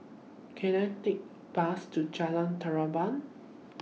Can I Take Bus to Jalan Terap